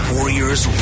Warriors